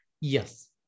yes